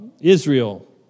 Israel